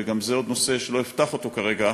וגם זה עוד נושא שלא אפתח אותו כרגע,